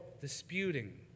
disputing